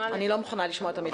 אני לא מוכנה לשמוע את המילים האלה.